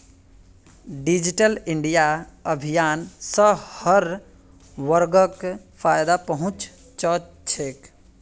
digital India अभियान स हर वर्गक फायदा पहुं च छेक